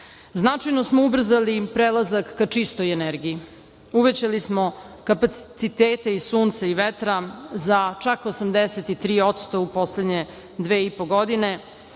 smo ubrzali prelazak ka čistoj energiji. Uvećali smo kapacitete i sunca i vetra za čak 83% u poslednje dve i po godine